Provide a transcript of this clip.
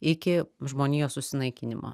iki žmonijos susinaikinimo